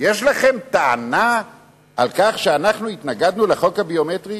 יש לכם טענה על כך שאנחנו התנגדנו לחוק הביומטרי?